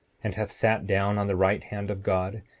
and hath sat down on the right hand of god,